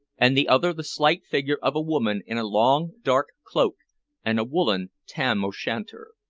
and the other the slight figure of a woman in a long dark cloak and a woolen tam-o'-shanter.